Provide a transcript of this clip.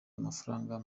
amafaranga